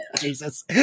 Jesus